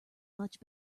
much